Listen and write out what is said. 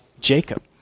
Jacob